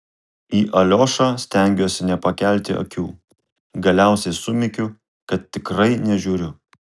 į aliošą stengiuosi nepakelti akių galiausiai sumykiu kad tikrai nežiūriu